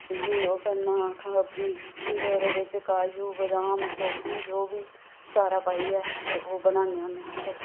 फिर ओह्दे बिच काजू बदाम सौंगी जो बी सारा पाइयै ते ओह बनान्ने होन्ने आं अस